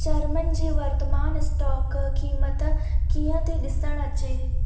चर्मन जी वर्तमान स्टॉक कीमत कीअं थी ॾिसणु अचे